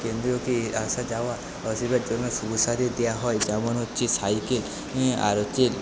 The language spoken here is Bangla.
কেন্দ্রীয়কে আসা যাওয়ার অসুবিধার জন্য সবুজ সাথী দেওয়া হয় যেমন হচ্ছে সাইকেল আর হচ্ছে